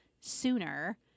sooner